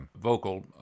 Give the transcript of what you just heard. vocal